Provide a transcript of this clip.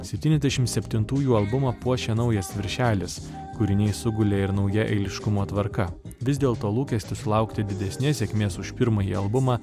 septyniasdešim septintųjų albumą puošia naujas viršelis kūriniai sugulė ir nauja eiliškumo tvarka vis dėlto lūkestis sulaukti didesnės sėkmės už pirmąjį albumą